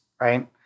right